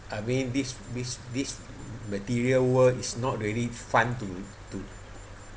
I mean this this this material world is not really fun to to